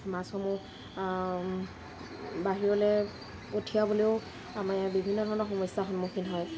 মাছসমূহ বাহিৰলে পঠিয়াবলৈও আমাৰ ইয়াৰ বিভিন্ন ধৰণৰ সমস্যাৰ সন্মুখীন হয়